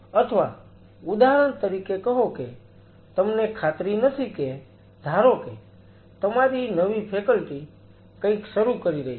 અથવા ઉદાહરણ તરીકે કહો કે તમને ખાતરી નથી કે ધારો કે તમારી નવી ફેકલ્ટી કંઈક શરૂ કરી રહી છે